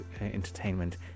entertainment